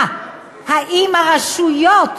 מה, האם הרשויות,